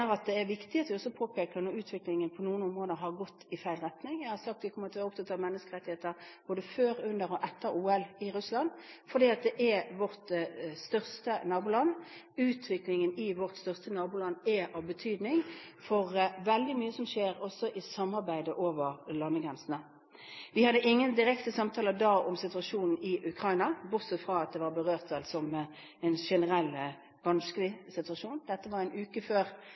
at det er viktig at vi også påpeker det når utviklingen på noen områder har gått i feil retning. Jeg har sagt at vi kommer til å være opptatt av menneskerettigheter både før, under og etter OL i Russland, fordi det er vårt største naboland. Utviklingen i vårt største naboland er av betydning for veldig mye som skjer også i samarbeidet over landegrensene. Vi hadde ingen direkte samtaler da om situasjonen i Ukraina, bortsett fra at det var berørt som en generelt vanskelig situasjon. Dette var en uke før